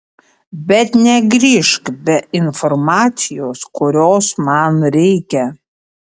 bet negrįžk be informacijos kurios man reikia